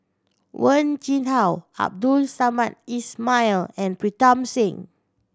Wen Jinhua Abdul Samad Ismail and Pritam Singh